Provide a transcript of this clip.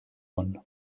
one